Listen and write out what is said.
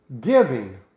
giving